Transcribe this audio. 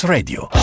Radio